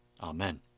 Amen